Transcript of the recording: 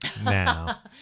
now